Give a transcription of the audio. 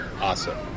Awesome